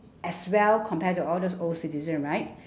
as well compared to all those old citizens right